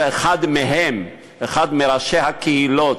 אחד מהם, אחד מראשי הקהילות,